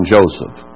Joseph